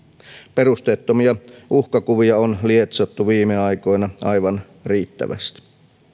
perusteettomia uhkakuvia on lietsottu viime aikoina aivan riittävästi